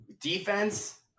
Defense